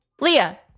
Leah